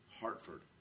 Hartford